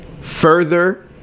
further